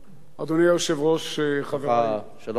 אדוני היושב-ראש, חברי, יש לך שלוש דקות.